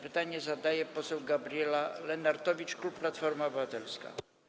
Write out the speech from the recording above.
Pytanie zadaje poseł Gabriela Lenartowicz, klub Platforma Obywatelska.